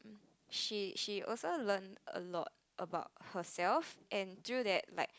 she she also learnt a lot about herself and through that